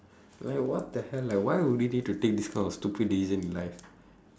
like what the hell like why would they need to take this kind of stupid decisions in life